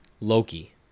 Loki